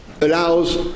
allows